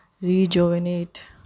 rejuvenate